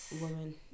woman